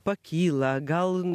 pakyla gal